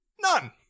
None